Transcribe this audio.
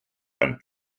and